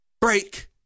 break